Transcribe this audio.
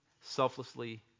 selflessly